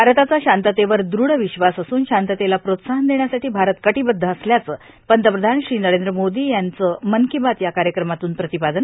भारताचा शांततेवर दृढ र्विश्वास असून शांततेला प्रोत्साहन देण्यासाठां भारत कर्काटबद्व असल्याचं पंतप्रधान श्री नरेद्र मोदी याचं मन कों बात या कायक्रमातून प्र्रातपादन